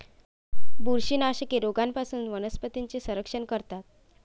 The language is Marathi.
बुरशीनाशके रोगांपासून वनस्पतींचे संरक्षण करतात